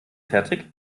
fertig